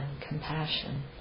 compassion